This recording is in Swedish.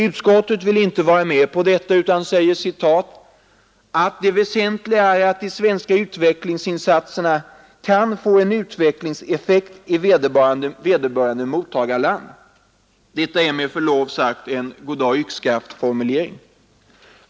Utskottet vill inte vara med på detta utan säger att det ”väsentliga är att de svenska utvecklingsinsatserna kan förväntas få en utvecklingseffekt i vederbörande mottagarland”. Detta är med förlov sagt en goddag-y xskaft-formulering.